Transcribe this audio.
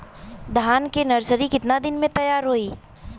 धान के नर्सरी कितना दिन में तैयार होई?